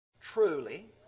Truly